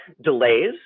delays